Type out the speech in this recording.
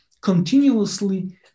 continuously